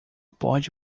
pode